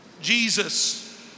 Jesus